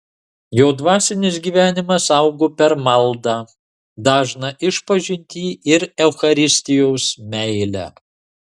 jo dvasinis gyvenimas augo per maldą dažną išpažintį ir eucharistijos meilę